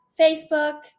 facebook